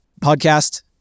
Podcast